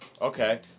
okay